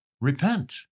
Repent